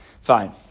Fine